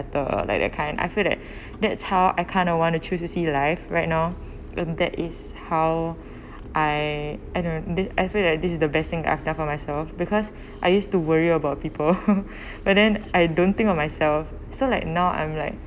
the like that kind I feel that that's how I kind of want to choose to see life right now and that is how I I don't know I feel like this is the best thing I have done for myself because I used to worry about people but then I don't think of myself so like now I'm like